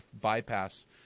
bypass